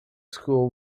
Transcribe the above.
school